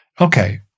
okay